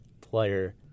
player